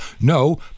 no